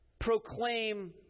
proclaim